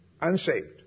unsaved